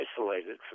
isolated